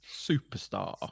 superstar